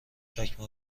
چکمه